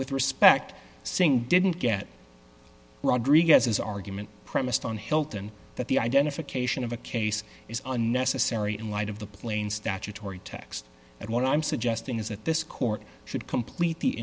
with respect saying didn't get rodriguez's argument premised on hilton that the identification of a case is unnecessary in light of the plain statutory text that what i'm suggesting is that this court should complete